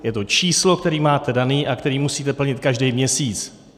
Je to číslo, které máte dané a které musíte plnit každý měsíc.